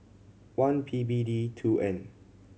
one P B D two N